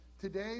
Today